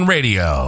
Radio